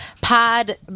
pod